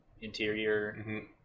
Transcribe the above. interior